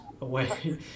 away